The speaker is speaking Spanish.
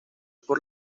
por